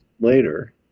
later